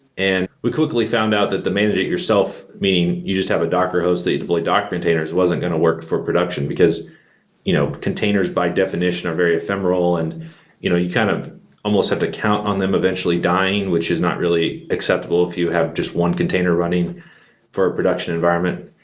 and we quickly found out that to manage it yourself, meaning you just have a docker host that you deploy docker containers wasn't going to work for production, because you know containers by definition are very ephemeral and you know you kind of almost have to count on them eventually dying which is not really acceptable if you have just one container running for a production environment.